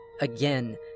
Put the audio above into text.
Again